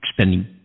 spending